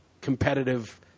competitive